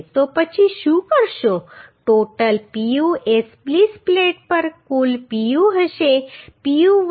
તો પછી શું કરશો ટોટલ Pu એ સ્પ્લીસ પ્લેટ પર કુલ Pu હશે Pu1 Pu2